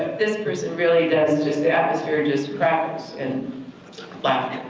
this person really does, just the atmosphere just crackles in laughter.